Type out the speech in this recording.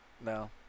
no